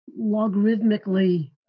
logarithmically